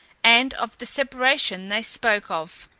and of the separation they spoke of.